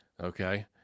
okay